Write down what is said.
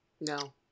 No